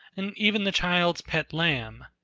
and e'en the child's pet lamb.